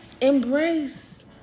Embrace